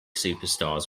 superstars